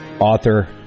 Author